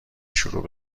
شروع